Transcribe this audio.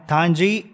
Tanji